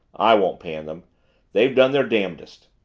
i won't pan them they've done their damnedest.